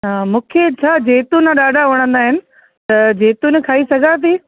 मूंखे छा जैतून ॾाढा वणंदा आहिनि त जैतून खाई सघां थी